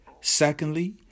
Secondly